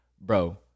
Bro